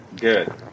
good